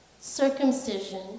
circumcision